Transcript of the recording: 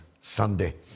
Sunday